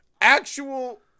actual